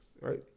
right